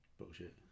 Bullshit